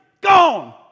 Gone